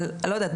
אבל לא יודעת,